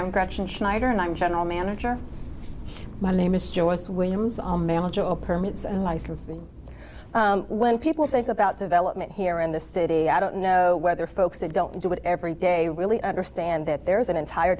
i'm gretchen schneider and i'm general manager my name is joyce williams all mail job permits and licenses when people think about development here in the city i don't know whether folks that don't do it every day really understand that there is an entire